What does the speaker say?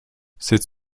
cette